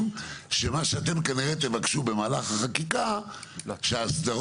אבל מה שהם אומרים הוא: מה שאתם כנראה תבקשו במהלך החקיקה הוא שההסדרות